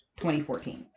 2014